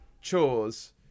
chores